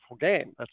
game